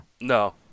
No